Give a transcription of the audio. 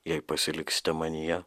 jei pasiliksite manyje